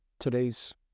today's